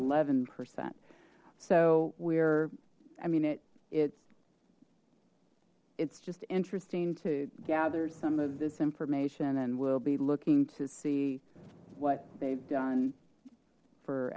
eleven percent so we're i mean it it's it's just interesting to gather some of this information and we'll be looking to see what they've done for